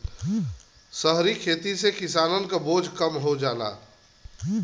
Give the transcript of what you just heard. सहरी खेती से किसानन के बोझ कुछ कम हो जाला